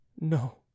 No